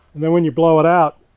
and then when you blow it out,